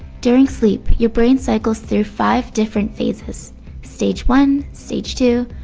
during sleep, your brain cycles through five different phases stage one, stage two,